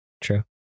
True